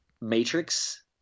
Matrix